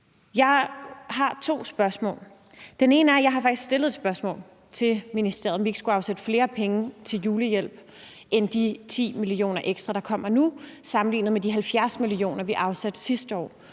Jeg har to spørgsmål. Det ene er, og det har jeg stillet et spørgsmål til ministeren om, om vi ikke skulle afsætte flere penge til julehjælp end de 10 mio. kr. ekstra, der kommer nu, sammenlignet med de 70 mio. kr. vi afsatte sidste år.